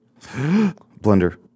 Blender